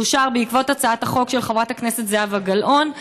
שאושר בעקבות הצעת החוק של חברת הכנסת זהבה גלאון.